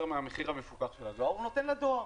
מהמחיר המפוקח של הדואר הוא נותן לדואר.